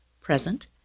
present